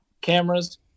cameras